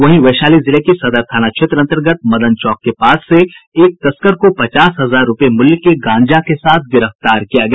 वहीं वैशाली जिले के सदर थाना क्षेत्र अंतर्गत मदन चौक के पास से एक तस्कर को पचास हजार रूपये मूल्य के गांजा के साथ गिरफ्तार किया है